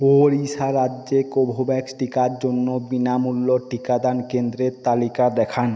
ওড়িশা রাজ্যে কোভোভ্যাক্স টিকার জন্য বিনামূল্য টিকাদান কেন্দ্রের তালিকা দেখান